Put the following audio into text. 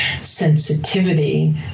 sensitivity